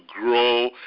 grow